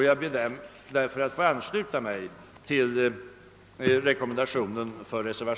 Jag ber därför att få ansluta mig till reservationen 1.